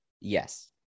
yes